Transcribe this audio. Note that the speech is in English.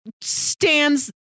stands